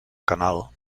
canal